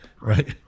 Right